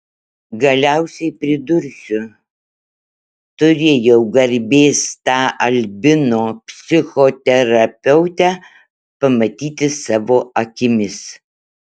galiausiai pridursiu turėjau garbės tą albino psichoterapeutę pamatyti savo akimis